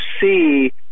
see